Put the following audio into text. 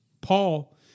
paul